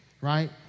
right